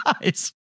guys